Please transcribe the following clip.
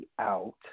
out